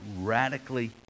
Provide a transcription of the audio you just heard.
radically